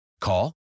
Call